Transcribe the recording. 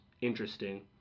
interesting